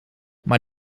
maar